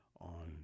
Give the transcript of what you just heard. on